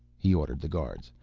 he ordered the guards,